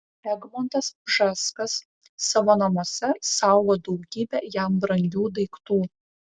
egmontas bžeskas savo namuose saugo daugybę jam brangių daiktų